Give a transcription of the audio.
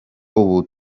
ubu